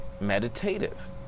meditative